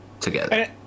together